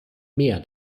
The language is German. mehr